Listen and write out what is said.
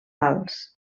alts